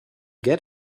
get